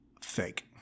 fake